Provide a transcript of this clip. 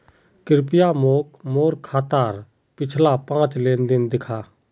कृप्या मोक मोर खातात पिछला पाँच लेन देन दखा